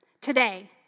Today